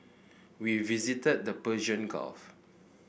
we visited the Persian Gulf